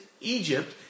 Egypt